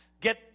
Get